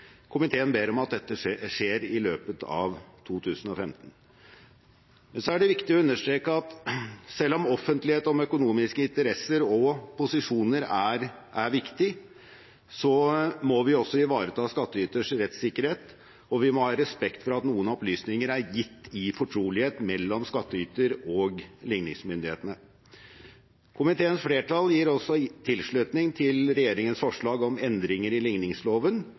Komiteen ber om at dette skjer i løpet av 2015. Så er det viktig å understreke at selv om offentlighet om økonomiske interesser og posisjoner er viktig, må vi også ivareta skattyters rettssikkerhet, og vi må ha respekt for at noen opplysninger er gitt i fortrolighet mellom skattyter og ligningsmyndighetene. Komiteens flertall gir også tilslutning til regjeringens forslag om endringer i ligningsloven,